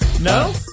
No